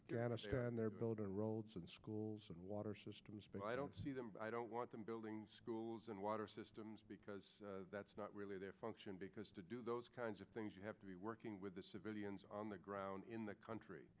afghanistan and they're building a road schools and water systems but i don't see them but i don't want them building schools and water systems because that's not really their function because to do those kinds of things you have to be working with the civilians on the ground in the country